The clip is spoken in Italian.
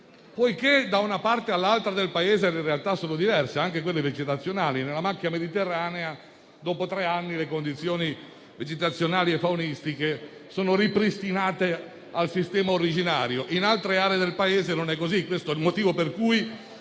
fuoco. Da una parte all'altra del Paese le realtà sono diverse, anche quelle vegetazionali: nella macchia mediterranea, dopo tre anni le condizioni vegetazionali e faunistiche sono ripristinate al sistema originario, mentre in altre aree del Paese non è così. Questo è il motivo per cui